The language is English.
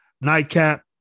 Nightcap